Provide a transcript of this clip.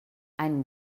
einen